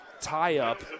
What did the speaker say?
tie-up